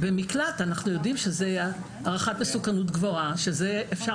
במקלט אנחנו יודעים שזו הערכת מסוכנות גבוהה ואפשר